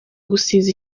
gusiza